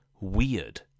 Weird